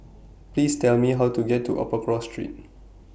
Please Tell Me How to get to Upper Cross Street